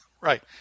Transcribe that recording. Right